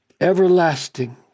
everlasting